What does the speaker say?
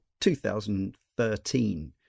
2013